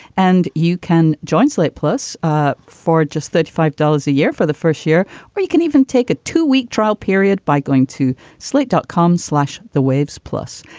and you can join slate plus ah for just thirty five dollars a year for the first year where you can even take a two week trial period by going to slate dot com slash the waves plus.